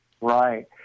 Right